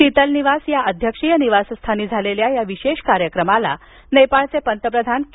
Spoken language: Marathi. शीतल निवास या अध्यक्षीय निवासस्थानी झालेल्या या विशेष कार्यक्रमाला नेपाळचे पंतप्रधान के